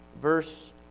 verse